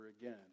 again